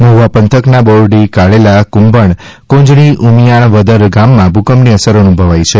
મહુવા પંથકના બોરડી કાળેલા કુંભણ કોંજળી ઉમાણીયાવદર ગામમાં ભૂકંપની અસર અનુભવાઈ છે